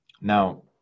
Now